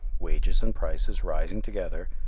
wages and prices, rising together,